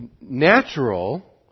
natural